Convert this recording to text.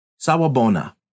Sawabona